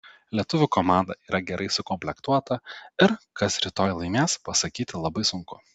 lietuvių komanda yra gerai sukomplektuota ir kas rytoj laimės pasakyti labai sunku